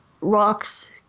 rocks